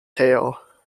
tale